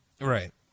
Right